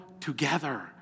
together